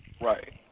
Right